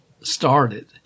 started